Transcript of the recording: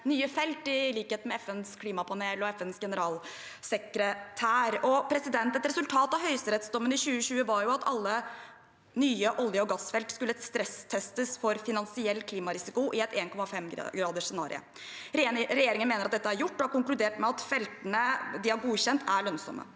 nye felt, i likhet med FNs klimapanel og FNs generalsekretær. Et resultat av høyesterettsdommen i 2020 var at alle nye olje- og gassfelt skulle stresstestes for finansiell klimarisiko i et 1,5-gradersscenario. Regjeringen mener at dette er gjort, og har konkludert med at feltene de har godkjent, er lønnsomme.